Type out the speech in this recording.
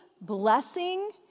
blessing